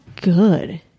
good